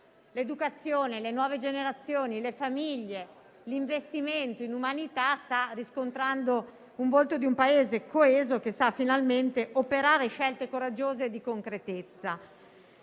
l'educazione, le nuove generazioni, le famiglie e l'investimento in umanità sta mostrando l'immagine di un Paese coeso che sa finalmente operare scelte coraggiose e concrete.